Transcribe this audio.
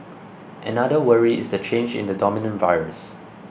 another worry is the change in the dominant virus